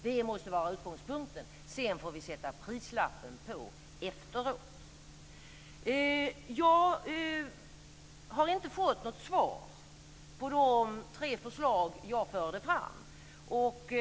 Detta måste vara utgångspunkten. Sedan får vi sätta prislappen efteråt. Jag har inte fått någon kommentar till de tre förslag som jag förde fram.